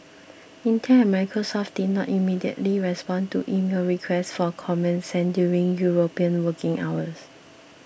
Intel and Microsoft did not immediately respond to emailed requests for comment sent during European working hours